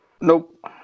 Nope